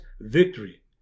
victory